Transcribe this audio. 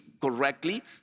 correctly